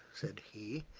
said he,